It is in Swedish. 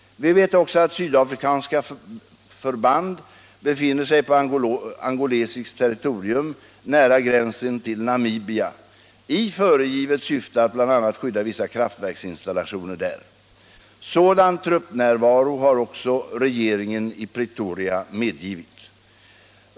Vi vet också att sydafrikanska förband befinner sig på angolesiskt territorium nära gränsen till Namibia i föregivet syfte att bl.a. skydda vissa kraftverksinstallationer där. Sådan truppnärvaro har också regeringen i Pretoria medgivit.